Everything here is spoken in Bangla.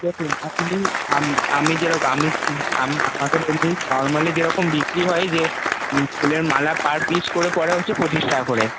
দেখুন আপনি আমি যেরকম আমি আমাদের যেমনি নর্মালি যেরকম বিক্রি হয় যে ফুলের মালা পার পিস করে পড়ে হচ্ছে পঁচিশ টাকা করে